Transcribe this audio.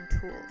tools